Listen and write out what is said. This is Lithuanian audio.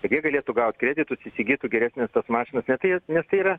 tikrai galėtų gaut kreditus įsigytų geresnes mašinas ne tai nes tai yra